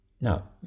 Now